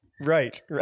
right